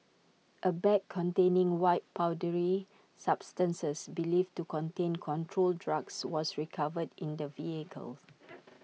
A bag containing white powdery substances believed to contain controlled drugs was recovered in the vehicle